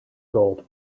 gold